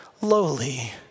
lowly